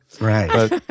Right